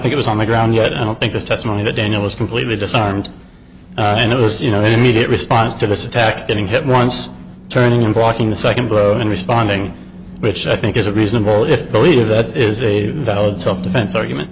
think it was on the ground yet i don't think this testimony that daniel was completely disarmed and it was you know immediate response to this attack getting hit once turning and walking the second blow in responding which i think is a reasonable if believe that is a valid self defense argument